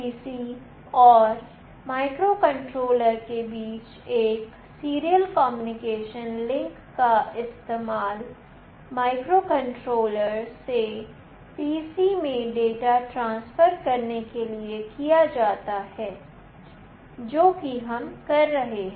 PC और microcontroller के बीच एक सीरियल कम्युनिकेशन लिंक का इस्तेमाल माइक्रोकंट्रोलर से PC में data ट्रांसफर करने के लिए किया जाता है जो कि हम कर रहे हैं